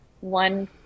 one